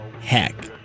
heck